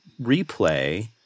replay